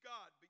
God